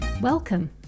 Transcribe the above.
Welcome